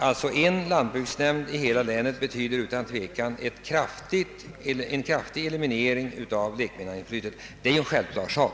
En enda lantbruksnämnd i hela länet betyder utan tvekan en kraftig minskning av lekmannainflytandet — det är en självklar sak.